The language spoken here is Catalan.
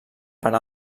per